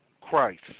Christ